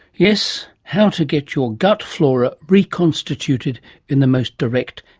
yes, how to get your gut flora reconstituted in the most direct,